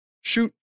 shoot